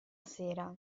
sera